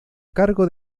cargo